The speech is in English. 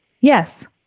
Yes